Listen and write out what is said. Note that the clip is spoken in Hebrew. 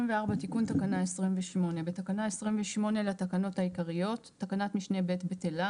תיקון תקנה 28. בתקנה 28 לתקנות העיקריות תקנת משנה (ב) - בטלה.